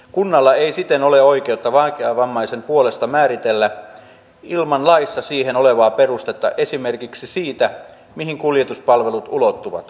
kunnalla ei siten ole oikeutta vaikeavammaisen puolesta määritellä ilman laissa siihen olevaa perustetta esimerkiksi sitä mihin kuljetuspalvelut ulottuvat